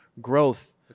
growth